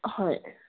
হয়